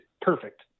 perfect